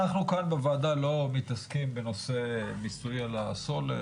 אנחנו כאן בוועדה לא מתעסקים בנושא מיסוי על הסולר